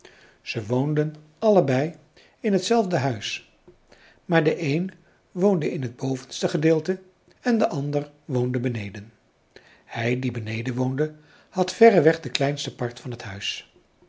ze woonden allebei in hetzelfde huis maar de een woonde in het bovenste gedeelte en de ander woonde beneden hij die beneden woonde had verreweg de kleinste part van het huis